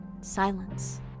silence